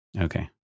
Okay